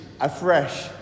afresh